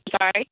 sorry